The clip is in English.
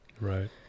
Right